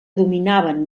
dominaven